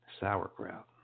sauerkraut